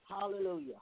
Hallelujah